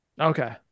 okay